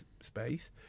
space